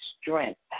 strength